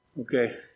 Okay